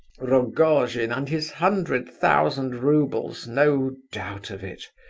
rogojin and his hundred thousand roubles, no doubt of it,